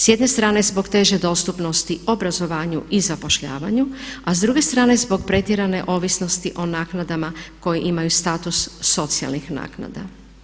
S jedne strane zbog teže dostupnosti obrazovanju i zapošljavanju, a s druge strane zbog pretjerane ovisnosti o naknadama koje imaju status socijalnih naknada.